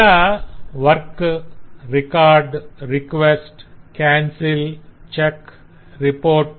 ఇలా 'work' 'record' 'request' 'cancel' 'check' 'report'